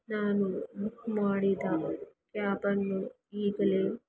ನಾನು ಬುಕ್ ಮಾಡಿದ ಕ್ಯಾಬನ್ನು ಈಗಲೇ